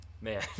Man